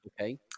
Okay